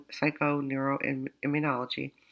psychoneuroimmunology